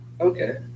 Okay